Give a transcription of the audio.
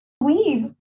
weave